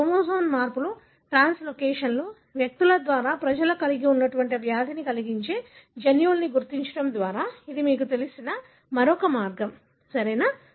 chromosome మార్పులు ట్రాన్స్లోకేషన్లు వ్యక్తుల ద్వారా ప్రజలు కలిగి ఉన్న వ్యాధిని కలిగించే జన్యువులను గుర్తించడం ద్వారా ఇది మీకు తెలిసిన మరొక మార్గం సరియైనదా